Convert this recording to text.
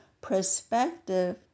perspective